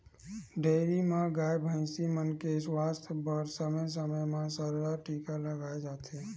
dairy म गाय, भइसी मन के सुवास्थ बर समे समे म सरलग टीका लगवाए जाथे